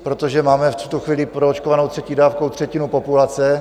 Protože máme v tuto chvíli proočkovanou třetí dávkou třetinu populace.